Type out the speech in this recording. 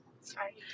Sorry